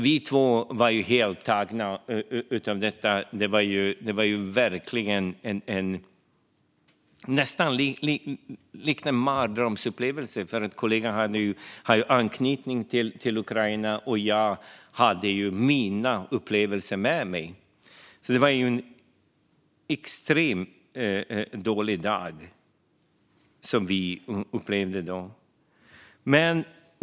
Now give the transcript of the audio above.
Vi två var helt tagna av detta. Det liknade en mardrömsupplevelse, för kollegan har ju anknytning till Ukraina, och jag har ju mina upplevelser med mig. Det var en extremt dålig dag som vi upplevde då.